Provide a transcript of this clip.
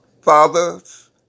fathers